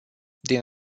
din